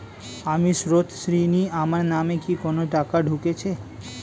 আমি স্রোতস্বিনী, আমার নামে কি কোনো টাকা ঢুকেছে?